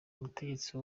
mutegetsi